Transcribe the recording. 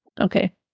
Okay